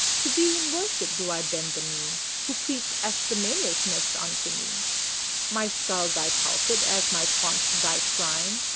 to thee in worship do i bend the knee who preach abstemiousness unto me my skull thy pulpit, as my paunch thy shrine.